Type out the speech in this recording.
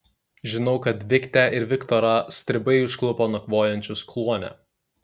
žinau kad viktę ir viktorą stribai užklupo nakvojančius kluone